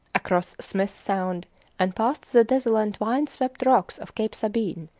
across smith's sound and past the desolate wind-swept rocks of cape sabine,